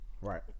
Right